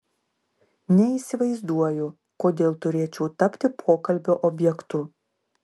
neįsivaizduoju kodėl turėčiau tapti pokalbio objektu